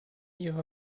ihrer